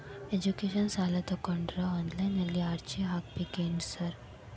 Education ಸಾಲ ತಗಬೇಕಂದ್ರೆ online ನಲ್ಲಿ ಅರ್ಜಿ ಹಾಕ್ಬೇಕೇನ್ರಿ ಸಾರ್?